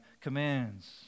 commands